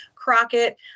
Crockett